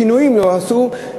שינויים לא עשו,